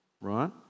right